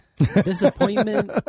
Disappointment